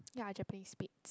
yeah a Japanese Spitz